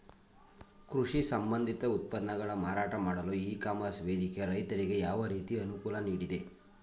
ಕೃಷಿ ಸಂಬಂಧಿತ ಉತ್ಪನ್ನಗಳ ಮಾರಾಟ ಮಾಡಲು ಇ ಕಾಮರ್ಸ್ ವೇದಿಕೆ ರೈತರಿಗೆ ಯಾವ ರೀತಿ ಅನುಕೂಲ ನೀಡಿದೆ?